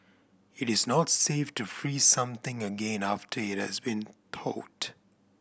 it is not safe to freeze something again after it has been thawed